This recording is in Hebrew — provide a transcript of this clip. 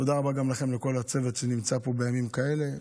תודה רבה גם לכם, לכל הצוות שנמצא פה בימים כאלה.